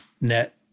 net